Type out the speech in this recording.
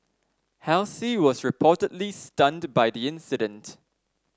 halsey was reportedly stunned by the incident